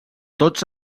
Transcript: tots